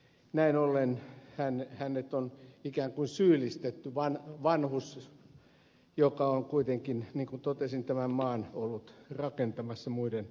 näin ollen hänet on ikään kuin syyllistetty vanhus joka on kuitenkin niin kuin totesin tätä maata ollut rakentamassa muiden kanssa